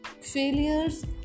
failures